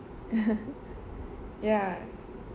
ya